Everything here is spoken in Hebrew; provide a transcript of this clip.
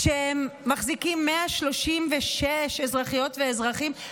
כשהם מחזיקים 136 אזרחיות ואזרחים,